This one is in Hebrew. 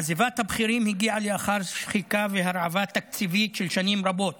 עזיבת הבכירים הגיעה לאחר שחיקה והרעבה תקציבית של שנים רבות